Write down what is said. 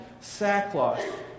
sackcloth